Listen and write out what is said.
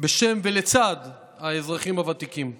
בשם האזרחים הוותיקים ולצידם.